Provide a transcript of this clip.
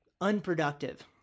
unproductive